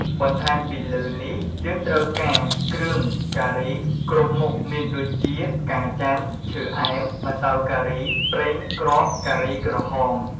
បន្ថែមពីលើនេះយើងត្រូវការ គ្រឿងការីគ្រប់មុខមានដូចជា ផ្កាចាន់ ឈើអែម ម្សៅការី ប្រេងគ្រាប់ការីក្រហម។